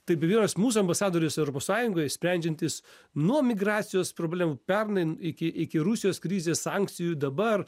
taip be abejonės mūsų ambasadorius europos sąjungoje sprendžiantis nuo migracijos problemų pernai iki iki rusijos krizės sankcijų dabar